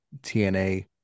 TNA